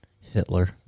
Hitler